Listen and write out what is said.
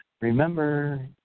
remember